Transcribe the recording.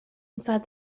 inside